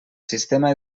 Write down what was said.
sistema